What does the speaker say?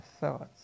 thoughts